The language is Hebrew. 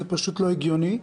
זה פשוט לא הגיוני.